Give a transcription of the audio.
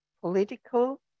political